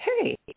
Hey